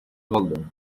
golden